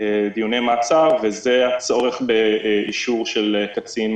(דיוני מעצר) וזה הצורך באישור של קצין